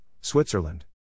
Switzerland